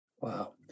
Wow